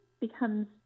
becomes